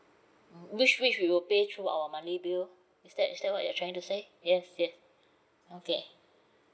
mm which which we will pay through our monthly bill is that is that what you're trying to say yes yes okay